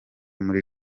muri